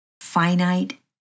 finite